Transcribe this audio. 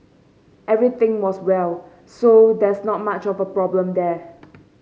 everything was well so there's not much of a problem there